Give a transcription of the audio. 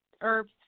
herbs